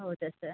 ಹೌದಾ ಸರ್